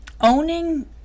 owning